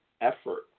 effort